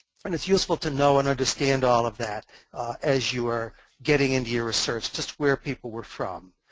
and it's useful to know and understand all of that as you are getting into your research just where people were from.